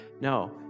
No